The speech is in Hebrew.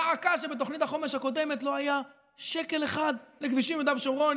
דא עקא שבתוכנית החומש הקודמת לא היה שקל אחד לכבישים ביהודה ושומרון,